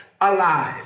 alive